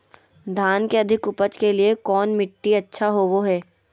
धान के अधिक उपज के लिऐ कौन मट्टी अच्छा होबो है?